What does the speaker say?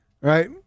right